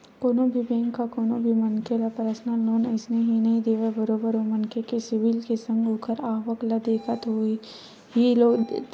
कोनो भी बेंक ह कोनो भी मनखे ल परसनल लोन अइसने ही नइ देवय बरोबर ओ मनखे के सिविल के संग ओखर आवक ल देखत होय ही लोन देथे